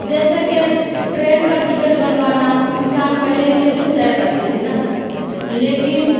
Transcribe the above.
جیسا کہ ٹرین کا ٹکٹ بنوانا انسان پہلے اسٹیسن جایا کرتے تھے نا لیکن